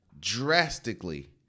drastically